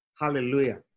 hallelujah